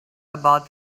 about